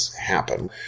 happen